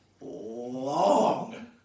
long